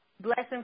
blessing